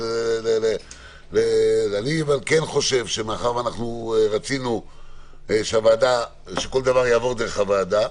אני אמנם כן חושב שמאחר שאנחנו רצינו שכל דבר יעבור דרך הוועדה,